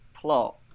plot